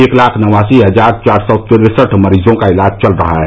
एक लाख नवासी हजार चार सौ तिरसठ मरीजों का इलाज चल रहा है